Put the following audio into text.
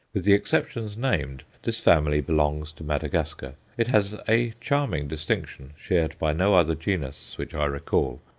with the exceptions named, this family belongs to madagascar. it has a charming distinction, shared by no other genus which i recall,